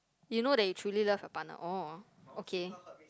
you know that you truly love your partner oh okay